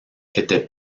étaient